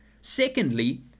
Secondly